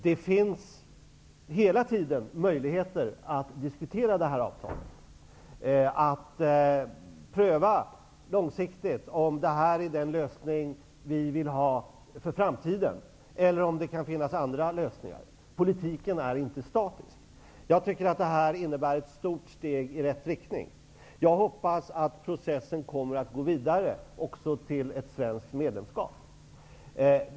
Det finns hela tiden möjligheter att diskutera avtalet, att långsiktigt pröva om det är en lösning som vi vill ha för framtiden eller om det finns andra lösningar. Politiken är inte statisk. Det här är ett stort steg i rätt riktning. Jag hoppas att processen går vidare till ett svenskt medlemskap.